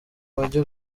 bajya